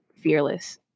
fearless